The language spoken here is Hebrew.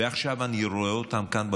ועכשיו אני רואה אותם כאן במסדרונות,